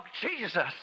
Jesus